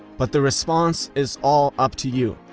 but the response is all up to you.